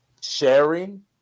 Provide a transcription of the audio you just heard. sharing